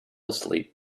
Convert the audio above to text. asleep